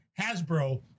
Hasbro